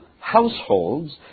households